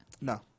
no